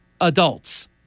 adults